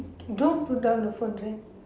don't put down the phone right